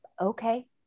Okay